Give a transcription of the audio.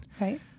Right